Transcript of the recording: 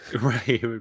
Right